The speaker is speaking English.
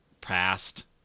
past